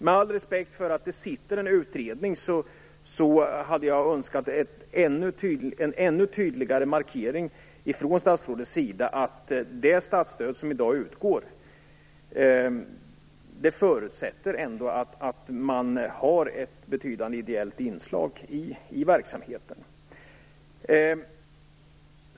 Med all respekt för att en utredning är tillsatt hade jag önskat en ännu tydligare markering från statsrådets sida att det statsstöd som i dag utgår förutsätter att man har ett betydande ideellt inslag i verksamheten.